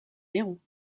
néron